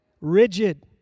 Rigid